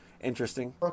interesting